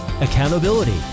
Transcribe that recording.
accountability